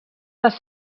les